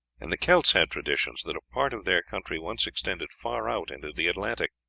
and the celts had traditions that a part of their country once extended far out into the atlantic,